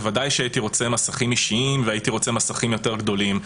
ודאי שהייתי רוצה מסכים אישיים והייתי רוצה מסכים יותר גדולים,